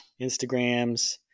Instagrams